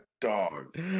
Dog